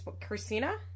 Christina